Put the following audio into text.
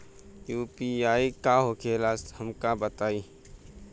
UPI का होखेला हमका बताई?